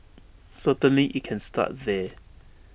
certainly IT can start there